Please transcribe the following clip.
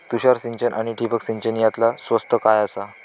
तुषार सिंचन आनी ठिबक सिंचन यातला स्वस्त काय आसा?